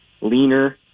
leaner